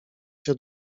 się